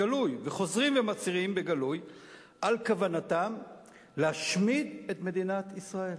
וחוזרים ומצהירים בגלוי על כוונתם להשמיד את מדינת ישראל.